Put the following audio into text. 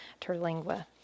Terlingua